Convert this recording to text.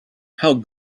how